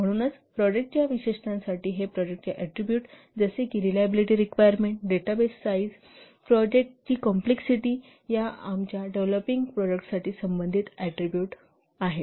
म्हणूनच प्रॉडक्टच्या विशेषतांसाठी हे प्रॉडक्टचे ऍट्रीबुट आहेतजसे की reliability requirement database size product complexity या आमच्या डेव्हलोपिंग प्रॉडक्टशी संबंधित ऍट्रीबुट आहेत